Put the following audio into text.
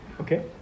Okay